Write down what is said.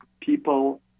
people